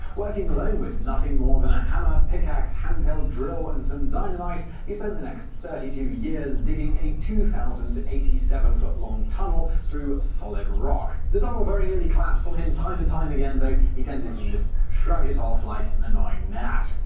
working alone with nothing more than a hammer, pickaxe, handheld drill and some dynamite, he spent the next thirty-two years digging a two thousand and eighty seven foot long tunnel through solid rock. the tunnel very nearly collapsed on him time and time again, though he tended to just shrug it off like an annoying gnat.